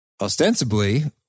ostensibly